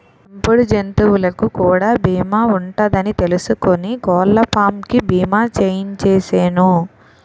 పెంపుడు జంతువులకు కూడా బీమా ఉంటదని తెలుసుకుని కోళ్ళపాం కి బీమా చేయించిసేను